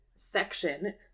section